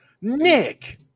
Nick